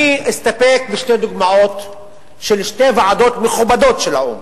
אני אסתפק בשתי דוגמאות של שתי ועדות מכובדות של האו"ם,